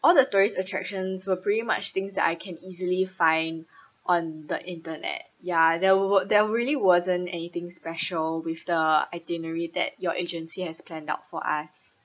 all the tourist attractions were pretty much things that I can easily find on the internet ya there were there really wasn't anything special with the itinerary that your agency has planned out for us